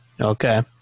Okay